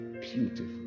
beautiful